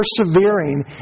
persevering